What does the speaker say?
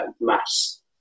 mass